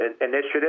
initiative